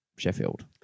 Sheffield